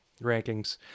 rankings